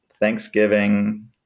Thanksgiving